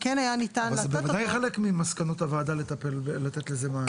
זה בוודאי חלק ממסקנות המסקנה, לתת לזה מענה.